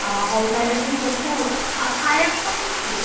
ହଁ ହଉ ତା'ହେଲେ ଠିକ୍ ଅଛି ଆଉ ଆଉ ଖାଇବା